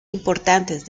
importantes